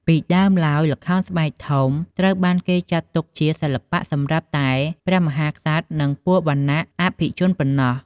ពីដើមឡើយ ល្ខោនស្បែកធំត្រូវបានគេចាត់ទុកជាសិល្បៈសម្រាប់តែព្រះមហាក្សត្រ និងពួកវណ្ណៈអភិជនប៉ុណ្ណោះ។